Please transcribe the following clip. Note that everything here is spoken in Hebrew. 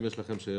אם יש לכם שאלות.